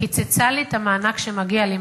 קיצצה לי את המענק שמגיע לי,